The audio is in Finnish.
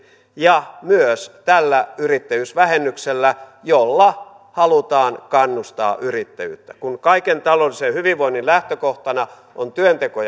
ja myös tällä yrittäjyysvähennyksellä jolla halutaan kannustaa yrittäjyyttä kun kaiken taloudellisen hyvinvoinnin lähtökohtana on työnteko